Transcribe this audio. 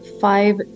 five